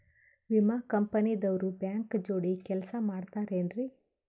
ವಿಮಾ ಕಂಪನಿ ದವ್ರು ಬ್ಯಾಂಕ ಜೋಡಿ ಕೆಲ್ಸ ಮಾಡತಾರೆನ್ರಿ?